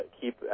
keep